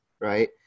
right